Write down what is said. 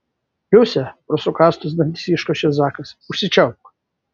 liuse pro sukąstus dantis iškošė zakas užsičiaupk